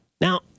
Now